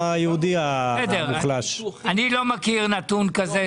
מכיר נתון כזה.